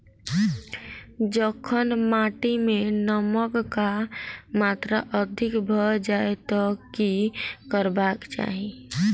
जखन माटि मे नमक कऽ मात्रा अधिक भऽ जाय तऽ की करबाक चाहि?